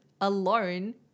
alone